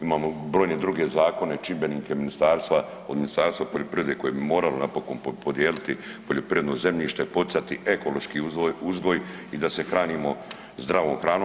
Imamo brojne druge zakone, čimbenike ministarstva od Ministarstva poljoprivrede koji bi moralo napokon podijeliti poljoprivredno zemljište, poticati ekološki uzgoj i da se hranimo zdravom hranom.